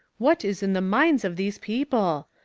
what is in the minds of these people?